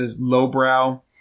lowbrow